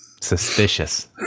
Suspicious